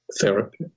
therapy